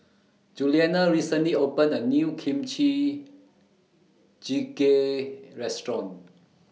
Julianna recently opened A New Kimchi Jjigae Restaurant